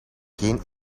geen